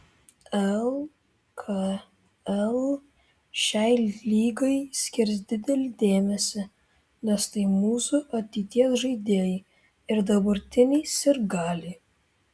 lkl šiai lygai skirs didelį dėmesį nes tai mūsų ateities žaidėjai ir dabartiniai sirgaliai